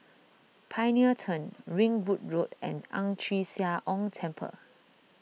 Pioneer Turn Ringwood Road and Ang Chee Sia Ong Temple